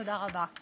תודה רבה.